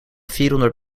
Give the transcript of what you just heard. vierhonderd